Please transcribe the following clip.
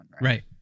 right